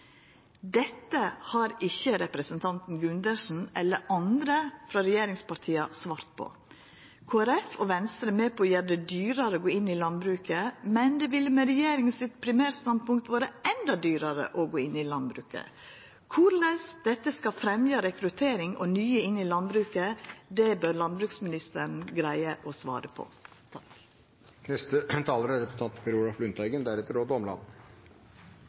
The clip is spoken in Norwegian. Dette har ikkje representanten Gundersen eller andre frå regjeringspartia svart på. Kristeleg Folkeparti og Venstre er med på å gjera det dyrare å gå inn i landbruket, men det ville med primærstandpunktet til regjeringa ha vorte endå dyrare å gå inn i landbruket. Korleis dette skal fremja rekruttering og få nye inn i landbruket, bør landbruksministeren greia å svara på.